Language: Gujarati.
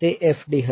તે FD હશે